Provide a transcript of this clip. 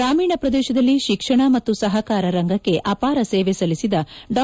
ಗ್ರಾಮೀಣ ಪ್ರದೇಶದಲ್ಲಿ ಶಿಕ್ಷಣ ಮತ್ತು ಸಹಕಾರ ರಂಗಕ್ಕೆ ಅಪಾರ ಸೇವೆ ಸಲ್ಲಿಸಿದ ಡಾ